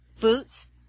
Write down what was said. boots